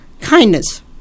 kindness